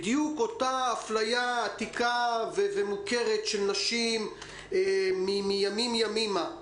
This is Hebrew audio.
בדיוק אותה אפליה עתיקה ומוכרת של נשים מימים ימימה,